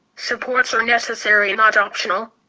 supports are necessary not optional.